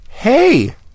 Hey